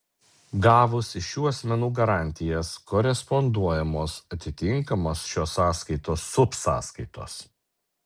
gavus iš šių asmenų garantijas koresponduojamos atitinkamos šios sąskaitos subsąskaitos